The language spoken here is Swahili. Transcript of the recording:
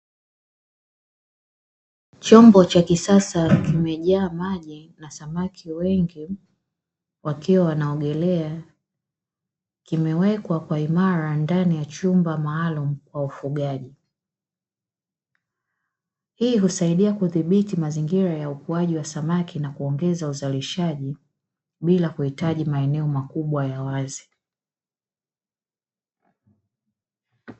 Chombo cha kisasa kimejaa maji na samaki wengi wakiwa wanaogelea, kimewekwa kwa imara ndani ya chumba maalumu kwa ufugaji. Hii husaidia kudhibiti mazingira ya ukuaji wa samaki na kuongeza uzalishaji bila kuhitaji maeneo makubwa ya wazi.